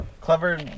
Clever